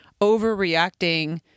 overreacting